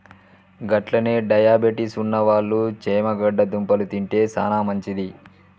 గట్లనే డయాబెటిస్ ఉన్నవాళ్ళు చేమగడ్డ దుంపలు తింటే సానా మంచిది